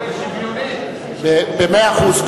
במאה אחוז.